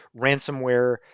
ransomware